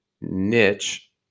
niche